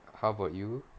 how about you